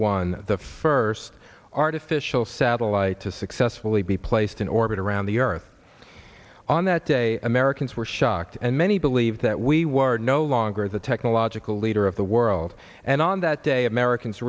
one the first artificial satellite to successfully be placed in orbit around the earth on that day americans were shocked and many believe that we were no longer the technological leader of the world and on that day americans